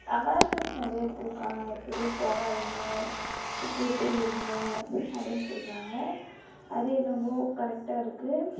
awareness நிறைய கொடுக்கறாங்க இப்படி இப்படி போகாதீங்க இப்படி இப்படி இருங்க அப்படின்னு சொல்கிறாங்க அது என்னம்மோ கரெக்டாக இருக்குது